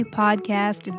podcast